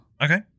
Okay